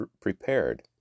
prepared